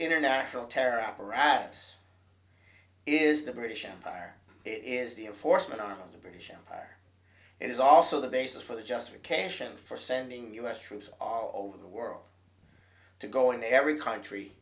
international terror apparatus is the british empire it is the enforcement arm of the british empire it is also the basis for the justification for sending us troops all over the world to go in every country